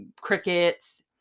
crickets